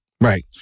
Right